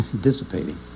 dissipating